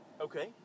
Okay